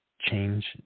change